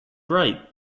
bright